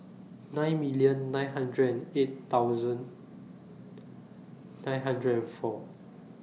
nine million nine hundred and eight thousand nine hundred four